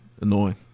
annoying